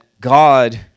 God